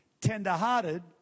tenderhearted